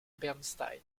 bernstein